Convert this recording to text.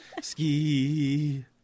Ski